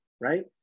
Right